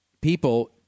people